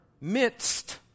midst